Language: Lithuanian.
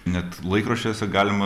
net laikraščiuose galima